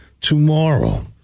tomorrow